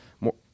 more